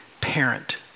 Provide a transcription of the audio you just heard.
parent